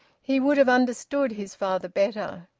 he would have understood his father better.